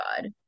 God